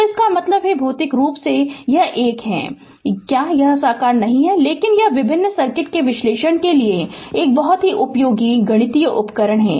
तो इसका मतलब है भोतिक रूप से यह एक है कहें कि क्या यह साकार नहीं है लेकिन यह विभिन्न सर्किट के विश्लेषण के लिए एक बहुत ही उपयोगी गणितीय उपकरण है